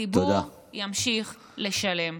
הציבור ימשיך לשלם.